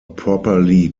properly